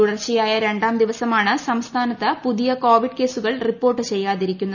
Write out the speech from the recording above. തുടർച്ചയായ രണ്ടാംദിവസമാണ് സംസ്ഥാനത്ത് പുതിയ കോവിഡ് കേസുകൾ ചെയ്യാതിരിക്കുന്നത്